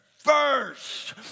First